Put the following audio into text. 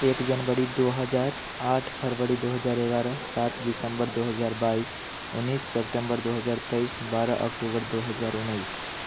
एक जनवरी दू हजार आठ फरवरी दू हजार एगारह सात दिसम्बर दू हजार बाइस उन्नैस सेप्टेंबर दू हजार तेइस बारह अक्टूबर दू हजार उन्नैस